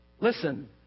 Listen